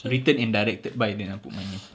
written and directed by then I put my name